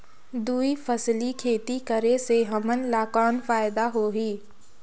दुई फसली खेती करे से हमन ला कौन फायदा होही?